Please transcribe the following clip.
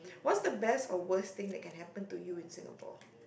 what's the best or worst thing that can happen to you in Singapore